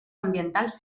ambientals